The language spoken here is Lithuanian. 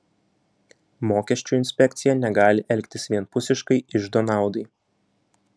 mokesčių inspekcija negali elgtis vienpusiškai iždo naudai